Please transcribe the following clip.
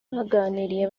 baganiriye